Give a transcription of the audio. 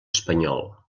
espanyol